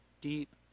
deep